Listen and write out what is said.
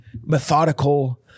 methodical